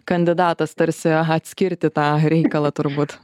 kandidatas tarsi atskirti tą reikalą turbūt